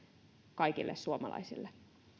kaikille suomalaisille